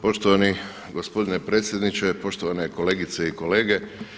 Poštovani gospodine predsjedniče, poštovane kolegice i kolege.